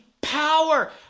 power